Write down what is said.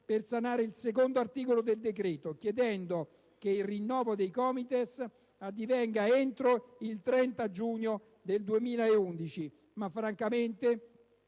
per sanare il secondo articolo del decreto, chiedendo che al rinnovo dei COMITES si addivenga entro il 30 giugno 2011, ma francamente